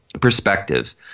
perspectives